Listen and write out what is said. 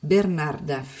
Bernarda